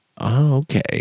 Okay